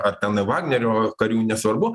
ar ten vagnerio karių nesvarbu vagnerio karių nesvarbu